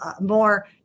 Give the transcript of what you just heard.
more